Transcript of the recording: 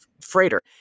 freighter